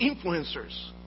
influencers